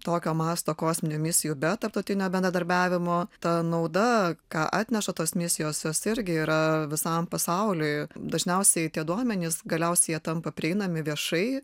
tokio masto kosminių misijų be tarptautinio bendradarbiavimo ta nauda ką atneša tos misijos jos irgi yra visam pasauliui dažniausiai tie duomenys galiausiai jie tampa prieinami viešai